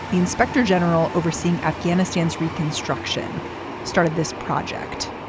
the inspector general overseeing afghanistan's reconstruction started this project.